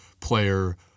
player